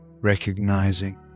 recognizing